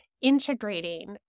integrating